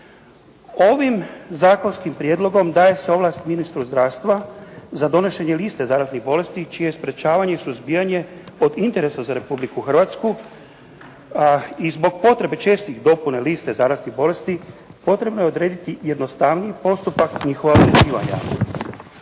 Ovim zakonskim prijedlogom daje se ovlast ministru zdravstva za donošenje liste zaraznih bolesti čije je sprječavanje i suzbijanje od interesa za Republiku Hrvatsku i zbog potrebe čestih dopuna liste zaraznih bolesti, potrebno je urediti jednostavniji postupak njihova … /Ne razumije